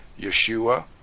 Yeshua